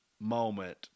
moment